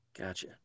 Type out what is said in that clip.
Gotcha